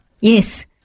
Yes